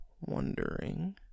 wondering